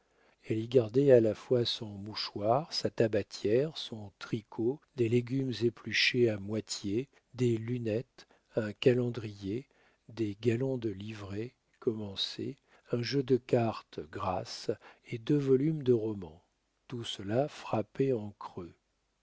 elle y gardait à la fois son mouchoir sa tabatière son tricot des légumes épluchés à moitié des lunettes un calendrier des galons de livrée commencés un jeu de cartes grasses et deux volumes de romans tout cela frappé en creux